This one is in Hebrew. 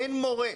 אין מורה.